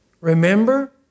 Remember